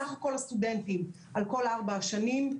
סך כל הסטודנטים על כל ארבע השנים,